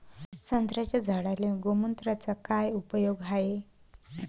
संत्र्याच्या झाडांले गोमूत्राचा काय उपयोग हाये?